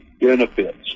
benefits